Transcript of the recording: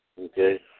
okay